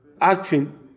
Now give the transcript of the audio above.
acting